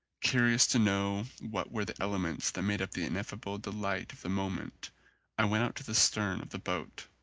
curious to know what were the elements that made up the ineffable delight of the moment i went out to the stern of the boat.